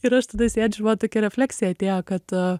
ir aš tada sėdžiu va tokia refleksija atėjo kad